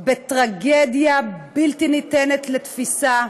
בטרגדיה בלתי ניתנת לתפיסה,